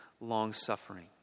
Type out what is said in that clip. long-suffering